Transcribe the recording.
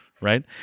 right